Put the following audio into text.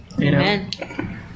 Amen